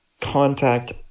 contact